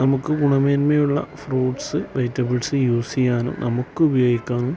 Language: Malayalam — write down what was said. നമുക്ക് ഗുണമേന്മയുള്ള ഫ്രൂട്ട്സ് വെജിറ്റബിൾസ് യൂസ് ചെയ്യാനും നമുക്ക് ഉപയോഗിക്കാനും